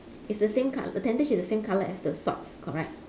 it's the same color tentage is the same color as the socks correct